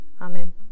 Amen